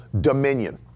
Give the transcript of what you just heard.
dominion